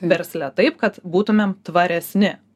versle taip kad būtumėm tvaresni